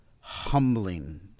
humbling